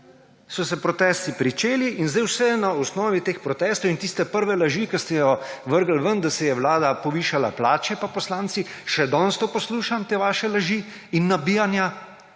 so se protesti pričeli in zdaj, vse je na osnovi teh protestov in tiste prve laži, ki ste jo vrgli ven, da si je vlada povišala plače pa poslanci, še danes poslušam te vaše laži in nabijanja